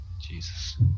Jesus